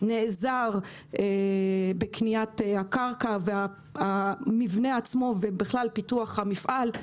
נעזר בקניית הקרקע, המבנה עצמו ובכלל פיתוח המפעל.